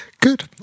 Good